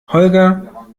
holger